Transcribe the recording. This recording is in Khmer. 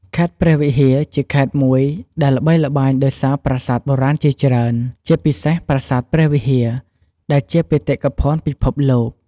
ខេត្តព្រះវិហារជាខេត្តមួយដែលល្បីល្បាញដោយសារប្រាសាទបុរាណជាច្រើន ជាពិសេស ប្រាសាទព្រះវិហារ ដែលជាបេតិកភណ្ឌពិភពលោក។